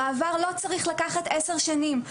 המעבר לא צריך לקחת עשר שנים,